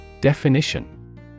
Definition